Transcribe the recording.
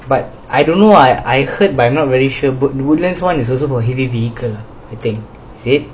but I don't know I I heard but I'm not very sure woodlands one is also for heavy vehicle I think is it